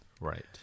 Right